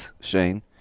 Shane